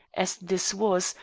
as this was,